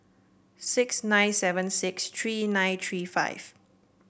six nine seven six three nine three five